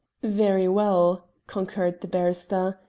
very well, concurred the barrister,